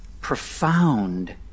profound